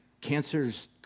cancer's